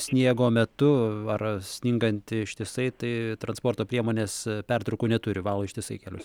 sniego metu ar sningant ištisai tai transporto priemonės pertraukų neturi valo ištisai kelius